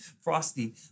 Frosty